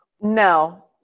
No